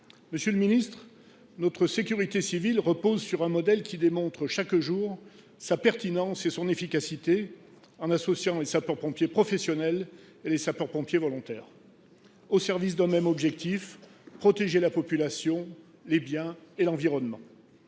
Monsieur le ministre, notre sécurité civile repose sur un modèle qui démontre chaque jour sa pertinence et son efficacité, en associant les sapeurs pompiers professionnels et les sapeurs pompiers volontaires au service d’un même objectif : protéger la population, les biens et l’environnement.